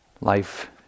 life